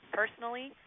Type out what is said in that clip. personally